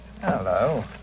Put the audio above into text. Hello